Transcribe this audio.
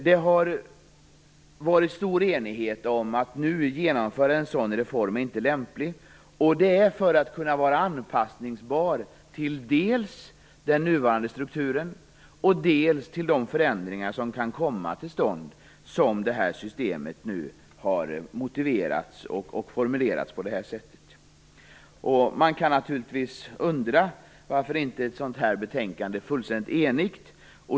Det har varit stor enighet om att det inte är lämpligt att nu genomföra en sådan reform. Det är för att kunna vara anpassningsbar till dels den nuvarande strukturen, dels de förändringar som kan komma till stånd, som systemet har motiverats och formulerats på detta sätt. Man kan naturligtvis undra varför ett sådant här betänkande inte är fullständigt enigt.